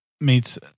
meets